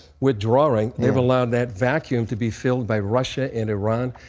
withdrawing, they allowed that vacuum to be filled by russia and iran.